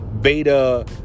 beta